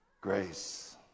grace